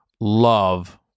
love